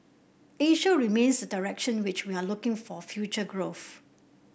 Asia remains direction which we are looking for future growth